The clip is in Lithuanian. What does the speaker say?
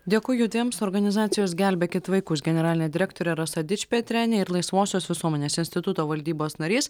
dėkoju tiems organizacijos gelbėkit vaikus generalinė direktorė rasa dičpetrienė ir laisvosios visuomenės instituto valdybos narys